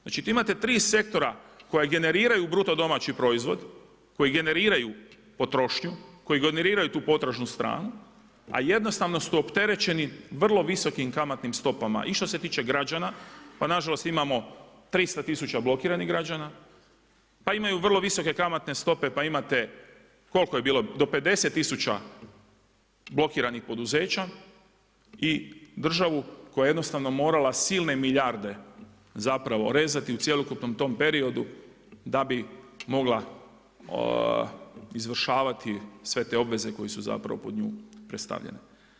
Znači tu imate 3 sektora koji generiraju BDP, koji generiraju potrošnju, koji generiraju tu potražnu stranu, a jednostavno su opterećeni vrlo visokim kamatnim stopama i što se tiče građana, pa nažalost, imamo 300000 blokiranih građana, pa imaju vrlo visoke kamatne stope, pa imate, koliko je bilo do 50000 blokiranih poduzeća i državu koja je jednostavno morale silne milijarde zapravo rezati i u cjelokupnom tom periodu da bi mogla izvršavati sve to obveze koje su zapravo pred nju postavljene.